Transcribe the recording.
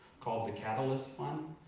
called the catalyst fund,